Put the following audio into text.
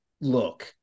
look